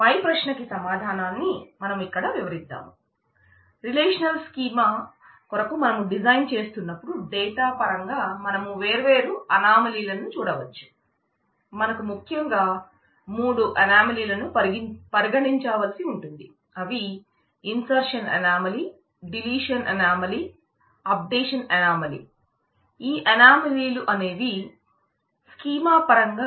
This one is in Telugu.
పై ప్రశ్నకి సమాధానాన్ని మనం ఇక్కడ వివరిద్దాం